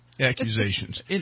Accusations